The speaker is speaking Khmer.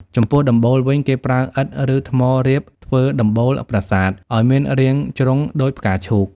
ចំពោះដំបូល វិញ គេប្រើឥដ្ឋ ឬថ្មរៀបធ្វើដំបូលប្រាសាទឱ្យមានរាងជ្រុងដូចផ្កាឈូក។